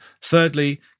Thirdly